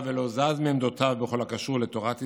ולא זז מעמדותיו בכל הקשור לתורת ישראל,